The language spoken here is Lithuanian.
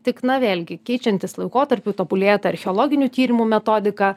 tik na vėlgi keičiantis laikotarpiu tobulėja ta archeologinių tyrimų metodika